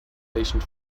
patient